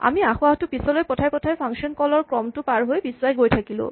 আমি আসোঁৱাহটো পিচলৈ পঠাই পঠাই ফাংচন কল ৰ ক্ৰমটো পাৰহৈ পিচুৱাই গৈ থাকিলোঁ